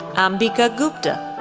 ambika gupta,